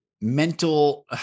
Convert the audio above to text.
mental